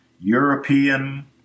European